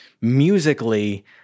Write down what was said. musically